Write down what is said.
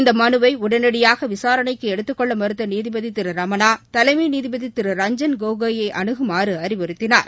இந்த மனுவை உடனடியாக விசாரணைக்கு எடுத்துக்கொள்ள மறுத்த நீதிபதி திரு ரமணா தலைமை நீதிபதி திரு ரஞ்ஜன் கோகோயை அணுகுமாறு அறிவுறுத்தினார்